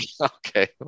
Okay